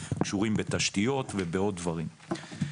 קשורים בתשתיות ובעוד דברים.